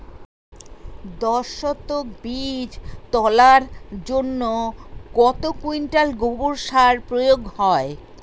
দশ শতক বীজ তলার জন্য কত কুইন্টাল গোবর সার প্রয়োগ হয়?